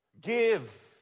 Give